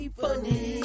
funny